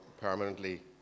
permanently